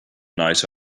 night